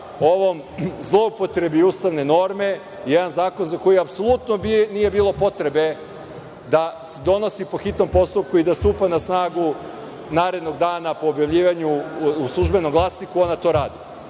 zloupotrebi ustavne norme, jedan zakon za koji apsolutno nije bilo potrebe da se donosi po hitnom postupku i da stupa na snagu narednog dana po objavljivanju u „Službenom glasniku“ ona to radi.